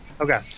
Okay